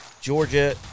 Georgia